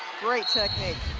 great technique